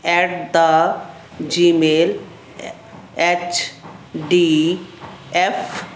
at the Gmail A H D F